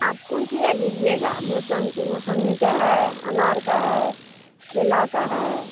आप कौन तिरा लीजिएगा मुसम मौसम्बी का है अनार का है केला का है